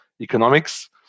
economics